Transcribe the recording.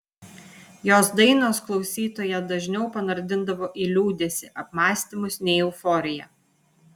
jos dainos klausytoją dažniau panardindavo į liūdesį apmąstymus nei euforiją